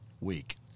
week